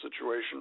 situation